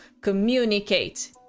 communicate